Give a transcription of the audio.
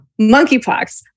monkeypox